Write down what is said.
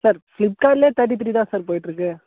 sir ஃப்ளிப்கார்ட்லையே thirty three தான் sir போய்ட்டு இருக்குது